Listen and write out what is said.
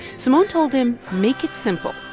simone told him, make it simple,